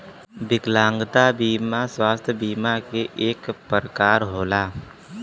विकलागंता बिमा स्वास्थ बिमा के एक परकार होला